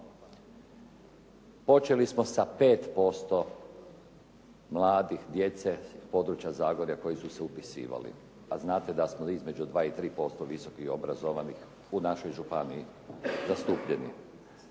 Počeli smo sa 5% mladih, djece s područja Zagorja koji su se upisivali. A znate da smo između 2 i 3% visoko obrazovanih u našoj županiji zastupljeni.